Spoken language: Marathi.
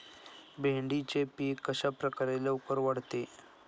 भेंडीचे पीक कशाप्रकारे लवकर वाढते?